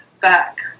back